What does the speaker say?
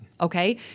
okay